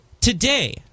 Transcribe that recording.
today